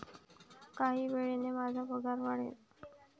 काही वेळाने माझा पगार वाढेल